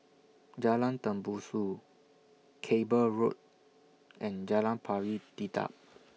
Jalan Tembusu Cable Road and Jalan Pari Dedap